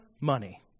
money